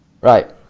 Right